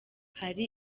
hari